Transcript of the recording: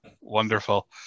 wonderful